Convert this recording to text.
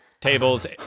Tables